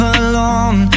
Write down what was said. alone